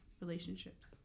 relationships